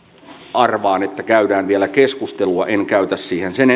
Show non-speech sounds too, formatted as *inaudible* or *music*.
arvaan että siitä käydään vielä keskustelua en käytä siihen sen *unintelligible*